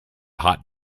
hot